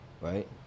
right